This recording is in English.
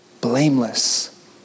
Blameless